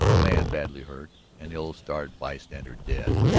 a man badly hurt, an ill-starred bystander dead,